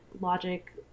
logic